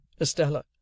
Estella